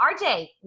RJ